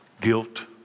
guilt